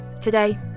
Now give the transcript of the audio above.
Today